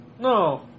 No